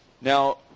Now